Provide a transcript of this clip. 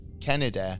Kennedy